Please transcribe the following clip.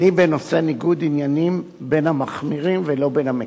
בנושא ניגוד עניינים אני בין המחמירים ולא בין המקלים.